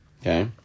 okay